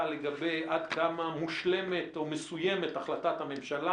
לגבי עד כמה מושלמת או מסוימת החלטת הממשלה